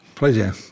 Pleasure